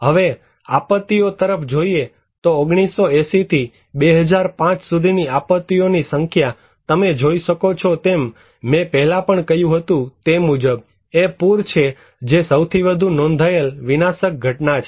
હવે આપત્તિઓ તરફ જોઈએ તો 1980 થી 2005 સુધીની આપત્તિઓની સંખ્યા તમે જોઈ શકો છો તેમ મેં પહેલાં પણ કહ્યું તે મુજબ એ પુર છે જે સૌથી વધુ નોંધાયેલ વિનાશક ઘટના છે